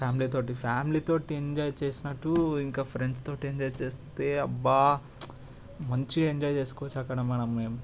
family తోటి family తోటి enjoy చేసినట్టు ఇంకా ఫ్రెండ్స్ తోటి ఎంజాయ్ చేస్తే అబ్బా మంచి ఎంజాయ్ చేసుకోవచ్చు అక్కడ మనం మేము